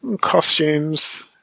costumes